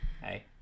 Hey